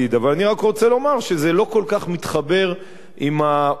אבל אני רק רוצה לומר שזה לא כל כך מתחבר עם העובדות,